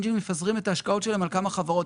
אנג'ל מפזרים את ההשקעות שלהם על כמה חברות,